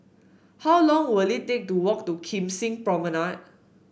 how long will it take to walk to Kim Seng Promenade